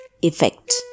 Effect